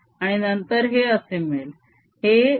आणि नंतर हे असे मिळेल